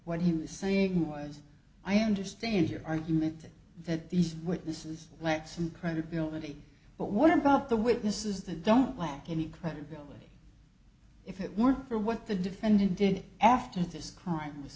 what he was saying was i understand your argument that these witnesses lack some credibility but what about the witnesses that don't lack any credibility if it weren't for what the defendant did after this crime was